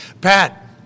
Pat